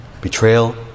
betrayal